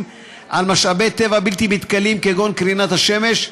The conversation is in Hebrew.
על משאבי טבע בלתי מתכלים כגון קרינת השמש.